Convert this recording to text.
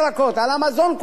על המזון כולו,